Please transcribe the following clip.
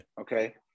Okay